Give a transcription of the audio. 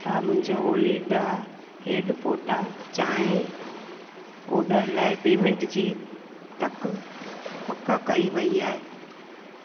छा मुंहिंजो ओलिंडा हैड फोटा चांहि ऑडर लाइ पेमेंट जी तक पकु कई वई आहे